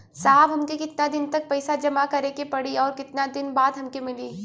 साहब हमके कितना दिन तक पैसा जमा करे के पड़ी और कितना दिन बाद हमके मिली?